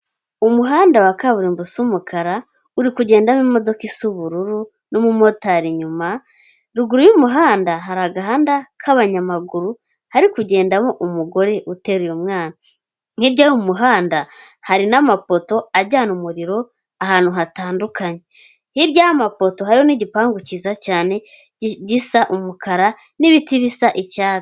Umuhanda wa kaburimbo usa umukara uri kugendamo imodoka isa ubururu n'umumotari inyuma, ruguru y'umuhanda hari agahanda k'abanyamaguru hari kugendaho umugore uteraye umwana, hirya y'umuhanda hari n'amapoto ajyana umuriro ahantu hatandukanye, hirya y'amapoto hariho n'igipangu cyiza cyane gisa umukara n'ibiti bisa icyatsi.